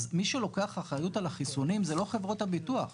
אז מי שלוקח אחריות על החיסונים זה לא חברות הביטוח.